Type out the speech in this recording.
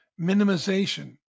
Minimization